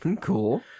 cool